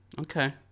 okay